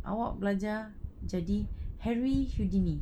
awak belajar jadi harry houdini